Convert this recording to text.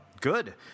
Good